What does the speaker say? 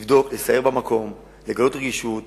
לבדוק, לסייר במקום, לגלות רגישות.